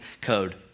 code